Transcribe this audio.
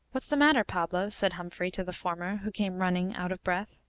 what's the matter, pablo? said humphrey to the former, who came running, out of breath.